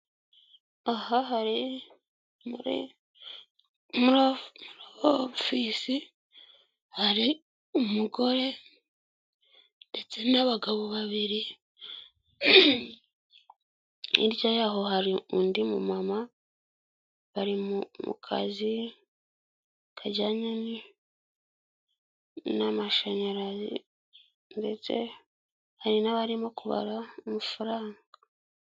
Aha muri ofisi, hari umugore ndetse n'abagabo babiri, hirya yaho hari undi mu mama, bari mu kazi kajyanye n'amashanyarazi ndetse hari n'abarimo kubara amafaranga.